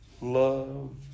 love